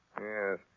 Yes